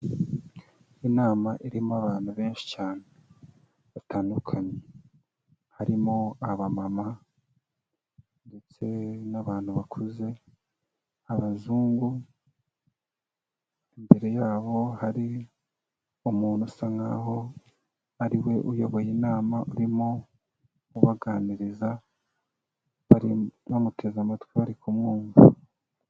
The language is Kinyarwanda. Inama irimo abantu benshi cyane batandukanye, harimo abamama, ndetse n'abantu bakuze, abazungu, imbere yabo hari umuntu usa nkaho ariwe uyoboye inama, urimo ubaganiriza, bamuteze amatwi bari kumwumva.